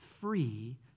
free